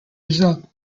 result